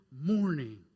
morning